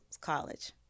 college